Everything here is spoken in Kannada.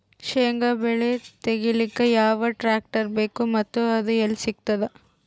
ಶೇಂಗಾ ಬೆಳೆ ತೆಗಿಲಿಕ್ ಯಾವ ಟ್ಟ್ರ್ಯಾಕ್ಟರ್ ಬೇಕು ಮತ್ತ ಅದು ಎಲ್ಲಿ ಸಿಗತದ?